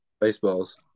Baseballs